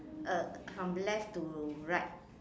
uh from left to right